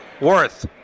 Worth